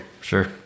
Sure